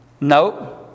Nope